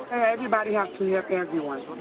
everybody has to help everyone